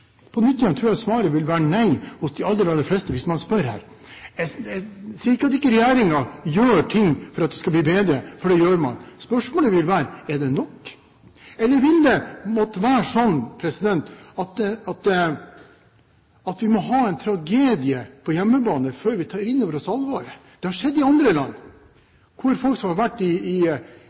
På nytt igjen tror jeg svaret vil være nei hos de aller, aller fleste hvis man spør. Jeg sier ikke at ikke regjeringen gjør ting for at det skal bli bedre, for det gjør man. Spørsmålet vil være: Er det nok? Eller vil det måtte være sånn at vi må ha en tragedie på hjemmebane før vi tar inn over oss alvoret? Det har skjedd i andre land, der folk som har vært i strid og hatt tøffe opplevelser, faktisk begår handlinger mot seg selv og andre i